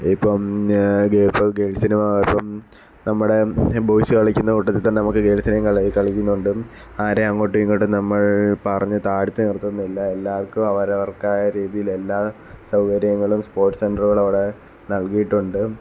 ഇപ്പം ഗേള് ഇപ്പം ഗേള്സിനോ ഇപ്പം നമ്മളുടെ ബോയിസ് കളിക്കുന്ന കൂട്ടത്തിൽത്തന്നെ നമുക്ക് ഗേള്സിനെയും കളി കളിക്കുന്നുണ്ട് ആരെയും അങ്ങോട്ടും ഇങ്ങോട്ടും നമ്മള് പറഞ്ഞു താഴ്ത്തി നിര്ത്തുന്നില്ല എല്ലാവര്ക്കും അവരവർക്കായ രീതിയിൽ എല്ലാ സൗകര്യങ്ങളും സ്പോര്ട്ട്സ് സെന്ററുകളവിടെ നല്കിയിട്ടുണ്ട്